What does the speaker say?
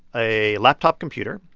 a laptop computer,